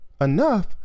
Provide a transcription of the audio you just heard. enough